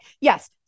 yes